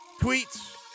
tweets